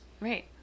Right